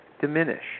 diminish